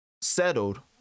settled